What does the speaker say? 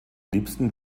liebsten